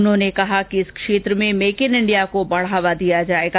उन्होंने कहा कि इस क्षेत्र में मेक इन इंडिया को बढावा दिया जाएगा